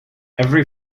every